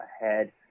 ahead